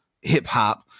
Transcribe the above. hip-hop